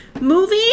movie